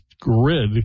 grid